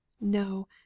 no